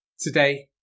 Today